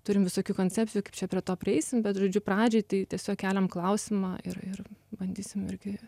turim visokių koncepcijų kaip čia prie to prieisim bet žodžiu pradžiai tai tiesiog keliam klausimą ir ir bandysim irgi